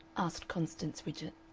asked constance widgett.